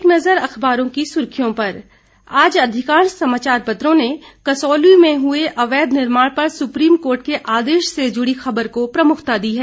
एक नजर अखबारों की सुर्खियों पर आज अधिकांश समाचार पत्रों ने कसौली में हुए अवैध निर्माण पर सुप्रीम कोर्ट के आदेश से जुड़ी खबर को प्रमुखता दी है